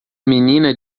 menina